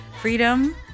freedom